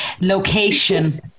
location